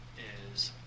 is